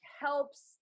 Helps